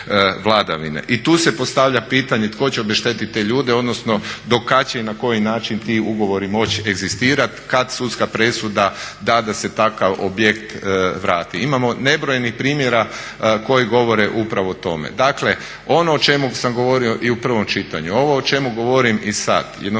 I tu se postavlja pitanje tko će obeštetiti te ljude odnosno do kad će i na koji način ti ugovori moći egzistirat kad sudska presuda da se takav objekt vrati? Imamo nebrojenih primjera koji govore upravo o tome. Dakle, ono o čemu sam govorio i u prvom čitanju, ovo o čemu govorim i sad, jednostavno